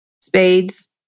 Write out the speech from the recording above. Spades